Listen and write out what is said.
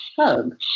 hug